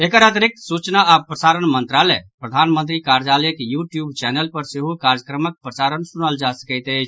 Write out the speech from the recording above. एकर अतिरिक्त सूचना आओर प्रसारण मंत्रालय प्रधानमंत्री कार्यालयक यू ट्यूब चैनल पर सेहो कार्यक्रमक प्रसारण सुनल जा सकैत अछि